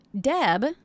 Deb